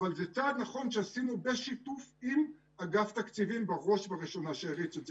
אבל צעד נכון שעשינו בשיתוף עם אגף התקציבים בראש ובראשונה שהריץ את זה,